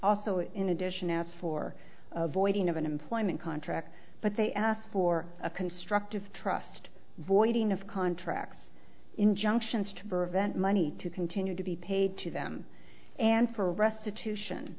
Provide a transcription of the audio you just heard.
also in addition ask for voiding of an employment contract but they ask for a constructive trust voiding of contracts injunctions to prevent money to continue to be paid to them and for restitution